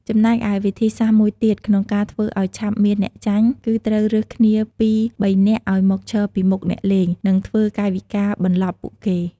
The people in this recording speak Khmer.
ចំណែកឯវិធីសាស្ត្រមួយទៀត ក្នុងការធ្វើឱ្យឆាប់មានអ្នកចាញ់ គឺត្រូវរើសគ្នាពីរបីនាក់ឱ្យមកឈរពីមុខអ្នកលេង និងធ្វើកាយវិការបន្លប់ពួកគេ។